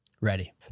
ready